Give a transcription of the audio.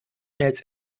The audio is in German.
mails